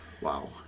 Wow